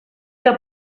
que